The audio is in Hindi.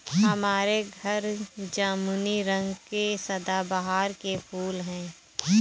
हमारे घर जामुनी रंग के सदाबहार के फूल हैं